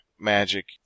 magic